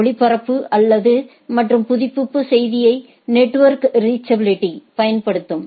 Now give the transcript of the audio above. ஒளிபரப்பு மற்றும் புதுப்பிப்பு செய்தியை நெட்வொர்க் ரீச்சபிலிட்டி பயன்படுத்தும்